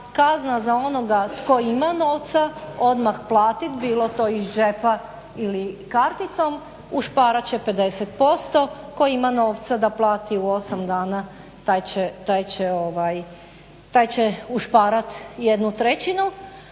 kazna za onoga tko ima novca odmah platit, bilo to iz džepa ili karticom ušparat će 50%, tko ima novca da plati u 8 dana taj će ušparat 1/3. A bilo